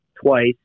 twice